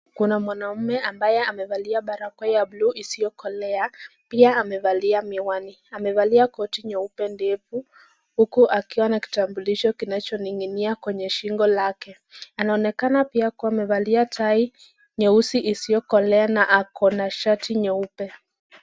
Kuna mwanaume ambaye amevalia barakoa ya buluu isiyokolea, pia amevalia miwani, amevalia koti nyeupe ndefu huku akiwa na kitambulisho kinacho ning'inia kwenye shingo lake, anaonekana pia kuwa amevalia tai nyeusi isiyokolea na ako na shati nyeupe.